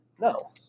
No